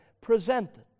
presented